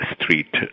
street